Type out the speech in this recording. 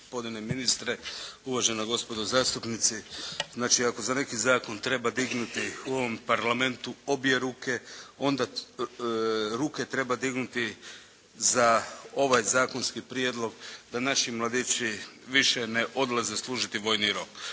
gospodine ministre, uvažena gospodo zastupnici. Znači, ako za neki zakon treba dignuti u ovom parlamentu obje ruke onda ruke treba dignuti za ovaj zakonski prijedlog da naši mladići više ne odlaze služiti vojni rok.